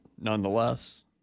nonetheless